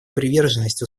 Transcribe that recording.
приверженность